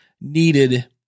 needed